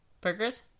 Burgers